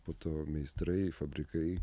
po to meistrai fabrikai